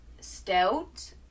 stout